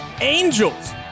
Angels